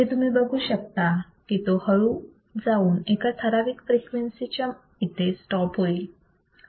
इथे तुम्ही बघू शकता की तो हळू जाऊन एका ठराविक फ्रिक्वेन्सीच्या इथे स्टॉप होईल